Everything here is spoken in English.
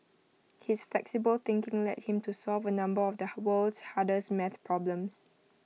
his flexible thinking led him to solve A number of the world's hardest math problems